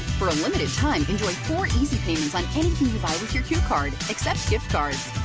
for a limited time, enjoy four easy payments on anything you buy with your qcard, except gift cards.